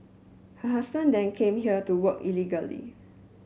her husband then came here to work illegally